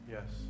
Yes